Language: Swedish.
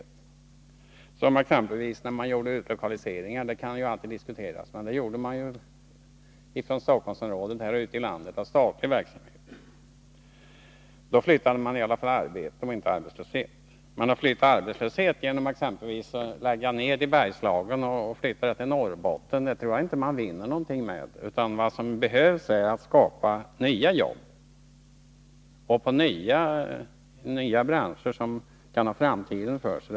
Det gäller exempelvis i Örebro län utlokaliseringar — vilka alltid kan diskuteras — som gjordes av statlig verksamhet från Stockholmsområdet ut i landet. Då flyttade man arbete inte arbetslöshet. Man har redan flyttat arbetslöshet genom att exempelvis lägga ner verksamhet i Bergslagen och flytta den till Norrbotten. Det tror jag inte man vinner någonting med. Det som behövs är att det skapas nya jobb och nya branscher som kan ha framtiden för sig.